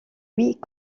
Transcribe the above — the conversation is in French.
huit